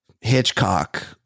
Hitchcock